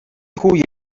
хүү